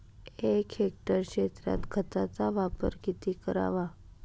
एक हेक्टर क्षेत्रात खताचा वापर किती करावा?